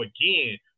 again